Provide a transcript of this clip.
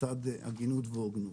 לצד הגינות והוגנות.